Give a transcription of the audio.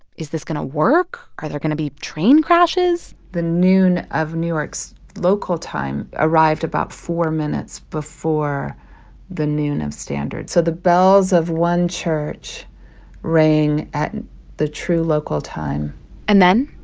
is this going to work? are there going to be train crashes? the noon of new york's local time arrived about four minutes before the noon of standard. so the bells of one church rang at the true local time and then,